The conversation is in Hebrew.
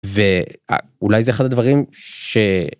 ואולי זה אחד הדברים ש...